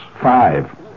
five